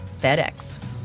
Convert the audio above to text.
FedEx